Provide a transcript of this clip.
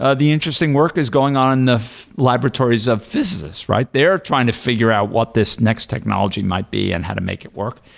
ah the interesting work is going on in the laboratories of physicists, right? they're trying to figure out what this next technology might be and how to make it work.